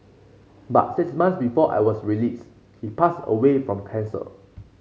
but six months before I was released he passed away from cancer